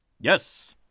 Yes